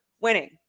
winning